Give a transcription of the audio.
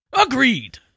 agreed